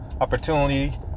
opportunity